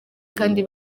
kandi